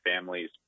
families